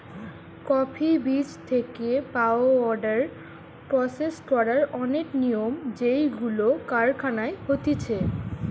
coffee বীজ থেকে powder process করার অনেক নিয়ম যেইগুলো কারখানায় হতিছে